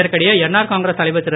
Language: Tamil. இதற்கிடையே என்ஆர் காங்கிரஸ் தலைவர் திரு